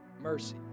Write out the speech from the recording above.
mercy